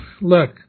look